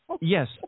Yes